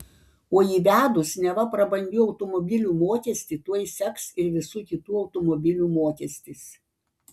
o įvedus neva prabangių automobilių mokestį tuoj seks ir visų kitų automobilių mokestis